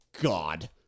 God